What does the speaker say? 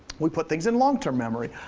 we put things in long-term memory.